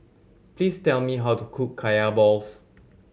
please tell me how to cook Kaya balls